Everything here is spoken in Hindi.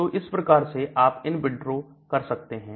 तो इस प्रकार से आप इन विट्रो कर सकते हैं